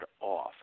off